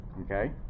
Okay